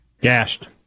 Gashed